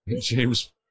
James